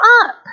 up